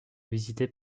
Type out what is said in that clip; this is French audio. visité